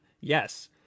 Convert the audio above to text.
Yes